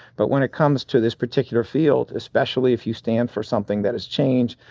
but when it comes to this particular field, especially if you stand for something that is change,